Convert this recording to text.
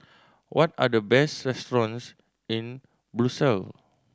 what are the best restaurants in Brussels